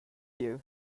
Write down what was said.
you